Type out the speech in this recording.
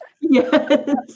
Yes